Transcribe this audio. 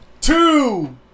two